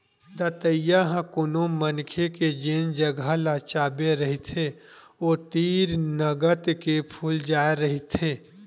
दतइया ह कोनो मनखे के जेन जगा ल चाबे रहिथे ओ तीर नंगत के फूल जाय रहिथे